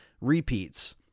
repeats